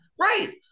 Right